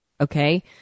Okay